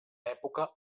època